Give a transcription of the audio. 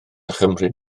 chymryd